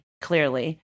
clearly